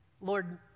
Lord